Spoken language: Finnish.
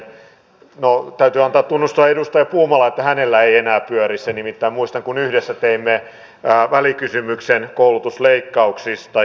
no täytyy antaa tunnustusta edustaja puumalalle että hänellä se ei enää pyöri nimittäin muistan kun yhdessä teimme välikysymyksen koulutusleikkauksista